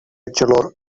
celor